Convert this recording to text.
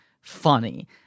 funny